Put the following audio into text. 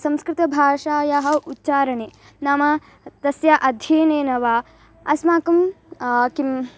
संस्कृतभाषायाः उच्चारणे नाम तस्य अध्ययनेन वा अस्माकं किं